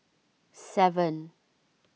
seven